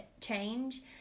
change